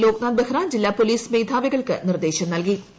ലോക്നാഥ് ബെഹ്റ ജില്ലാ പോലീസ് മേധാവികൾക്ക് നിർദ്ദേശം നൽകിയിട്ടുണ്ട്